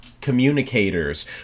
communicators